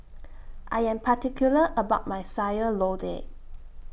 I Am particular about My Sayur Lodeh